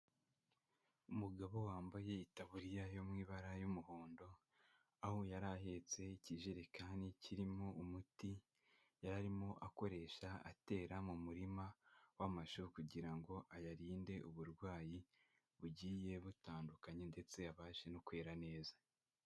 Umugabo wambaye itaburiya yo mu ibara y'umuhondo, aho yari ahetse ikijerekani kirimo umuti yari arimo akoresha atera mu murima w'amashu kugira ngo ayarinde uburwayi bugiye butandukanye ndetse abashe no kwera neza.